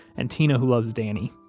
and tina who loves danny.